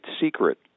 secret